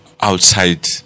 outside